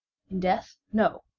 in death no!